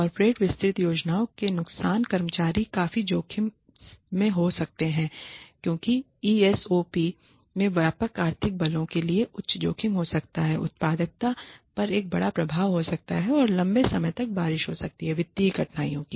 corporate विस्तृत योजनाओं के नुकसान कर्मचारी काफी जोखिम में हो सकते हैं क्योंकि ESOPs में व्यापक आर्थिक बलों के लिए एक उच्च जोखिम हो सकता है उत्पादकता पर एक बड़ा प्रभाव हो सकता है और लंबे समय तक बारिश हो सकती है वित्तीय कठिनाइयों